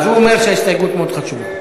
אז הוא אומר שההסתייגות מאוד חשובה.